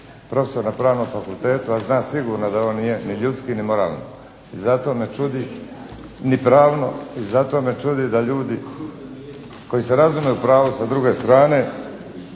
profesor na Pravnom fakultetu, a zna sigurno da ovo nije ni ljudski ni moralno, ni pravno. I zato me čudi da ljudi koji se razume u pravo sa druge strane